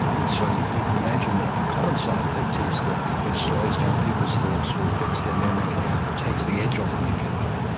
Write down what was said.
and so you can imagine that a common side-effect is that it slows down people's thoughts or affects their memory a little, takes the edge off them, if you like,